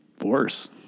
Worse